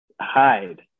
hide